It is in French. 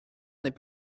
n’est